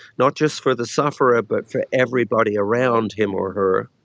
not just for the sufferer but for everybody around him or her.